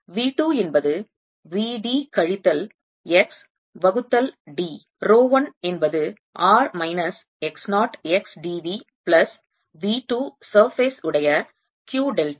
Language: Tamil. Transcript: V 2 என்பது V d கழித்தல் x வகுத்தல் d ரோ 1 என்பது r minus x 0 x d V plus V 2 surface உடைய Q டெல்டா